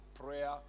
prayer